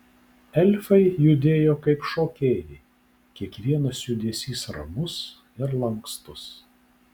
elfai judėjo kaip šokėjai kiekvienas judesys ramus ir lankstus